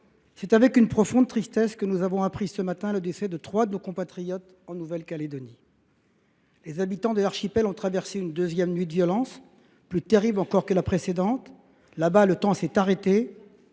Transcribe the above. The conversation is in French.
C’est avec une profonde tristesse que nous avons appris ce matin le décès de trois de nos compatriotes en Nouvelle Calédonie. Les habitants de l’archipel ont traversé une deuxième nuit de violences, plus terrible encore que la précédente. Là bas, le temps s’est arrêté